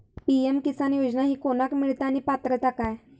PM Kisan योजना ही कोणाक मिळता आणि पात्रता काय?